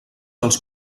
els